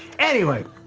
anyway,